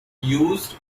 used